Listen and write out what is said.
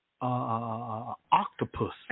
octopus